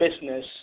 business